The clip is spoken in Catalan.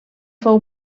fou